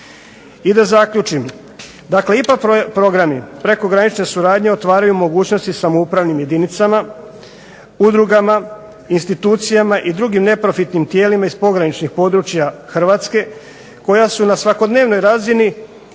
I da zaključim,